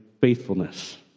faithfulness